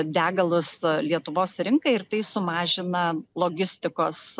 degalus lietuvos rinkai ir tai sumažina logistikos